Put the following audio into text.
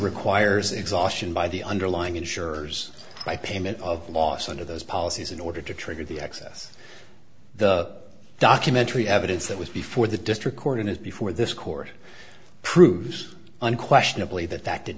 requires exhaustion by the underlying insurers by payment of loss under those policies in order to trigger the excess the documentary evidence that was before the district court and is before this court proves unquestionably that that did